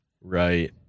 Right